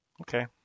Okay